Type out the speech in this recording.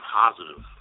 positive